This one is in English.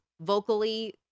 vocally